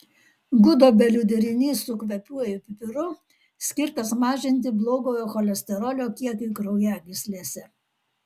gudobelių derinys su kvapiuoju pipiru skirtas mažinti blogojo cholesterolio kiekiui kraujagyslėse